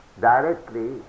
directly